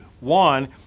One